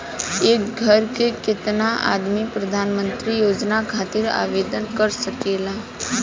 एक घर के केतना आदमी प्रधानमंत्री योजना खातिर आवेदन कर सकेला?